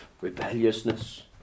rebelliousness